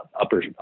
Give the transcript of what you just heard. upper